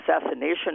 assassination